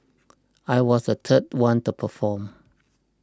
I was the third one to perform